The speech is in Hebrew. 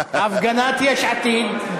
הפגנת יש עתיד.